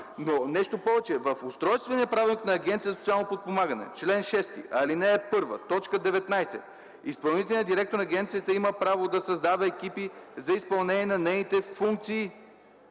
Нещо повече, в Устройствения правилник на Агенцията за социално подпомагане, чл. 6, ал. 1, т. 19 гласи: „Изпълнителният директор на Агенцията има право да създава екипи за изпълнение на нейните функции”.